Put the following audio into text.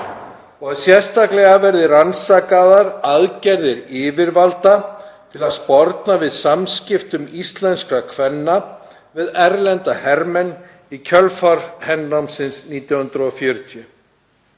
og sérstaklega verði rannsakaðar aðgerðir yfirvalda til að sporna gegn samskiptum íslenskra kvenna við erlenda hermenn í kjölfar hernámsins 1940.